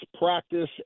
practice